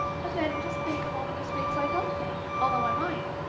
but then just think of all the mistakes i don't make, although i might.